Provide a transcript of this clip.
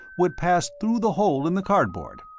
would pass through the hole in the cardboard!